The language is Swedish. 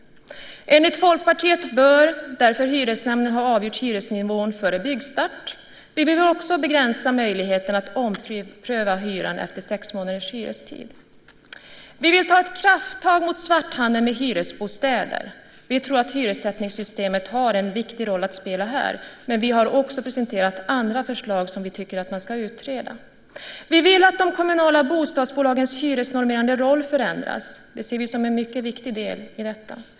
Enligt Folkpartiet bör därför Hyresnämnden ha avgjort hyresnivån före byggstart. Vi vill också begränsa möjligheten att ompröva hyran efter sex månaders hyrestid. Vi vill ta krafttag mot svarthandeln med hyresbostäder. Vi tror att hyressättningssystemet har en viktig roll att spela här, men vi har också presenterat andra förslag som vi tycker att man ska utreda. Vi vill att de kommunala bostadsbolagens hyresnormerande roll förändras. Det ser vi som en mycket viktig del i detta.